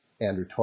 andrew